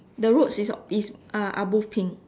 the roads is is uh are both pink